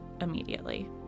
immediately